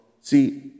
See